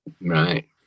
Right